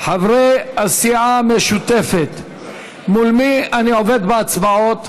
חברי הסיעה המשותפת, מול מי אני עובד בהצבעות?